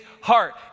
heart